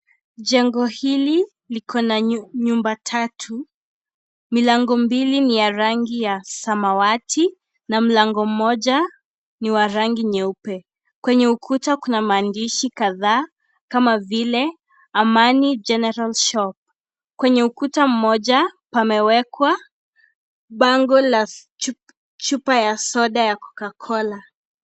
Jengo hili liko na nyumba tatu. Milango mbili ni ya rangi ya samawati na mlango mmoja ni wa rangi nyeupe. Kwenye ukuta kuna maandishi kadhaa kama vile Amani general shop . Kwenye ukuta mmoja pamewekwa bango la chupa ya soda ya Coca cola.